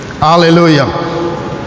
hallelujah